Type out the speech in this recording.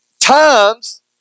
times